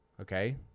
okay